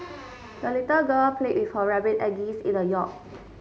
the little girl played with her rabbit and geese in the yard